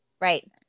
Right